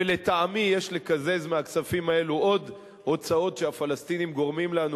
ולטעמי יש לקזז מהכספים האלה עוד הוצאות שהפלסטינים גורמים לנו,